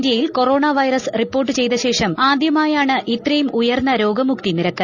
ഇന്ത്യയിൽ കൊറോണ് ക്ക്പെറസ് റിപ്പോർട്ട് ചെയ്ത ശേഷം ആദ്യമായാണ് ഇത്രയും ഉയർന്ന രോഗമുക്തി നിരക്ക്